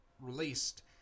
released